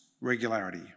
regularity